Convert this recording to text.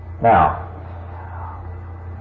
Now